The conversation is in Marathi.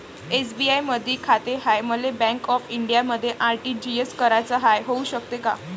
एस.बी.आय मधी खाते हाय, मले बँक ऑफ इंडियामध्ये आर.टी.जी.एस कराच हाय, होऊ शकते का?